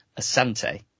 Asante